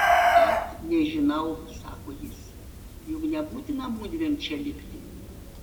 et nežinau sako jis juk nebūtina mudviem čia likti